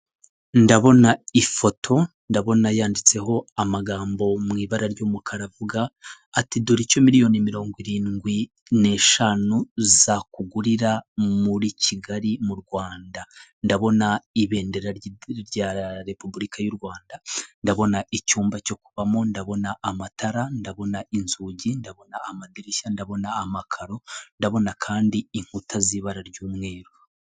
Ndabona ifoto, ndabona yanditseho amagambo mu ibara ry'umukara avuga ati "Dore icyo miliyoni mirongo irindwi n'eshanu zakugurira muri Kigali mu Rwanda". Ndabona ibendera rya Repubulika y'u Rwanda. Ndabona icyumba cyo kubamo, ndabona amatara, ndabona inzugi, ndabona amadirishya, ndabona amakaro, ndabona kandi inkuta z'ibara ry'umweru.